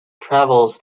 travels